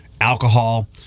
alcohol